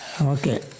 Okay